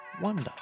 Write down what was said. Wonder